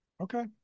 Okay